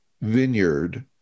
vineyard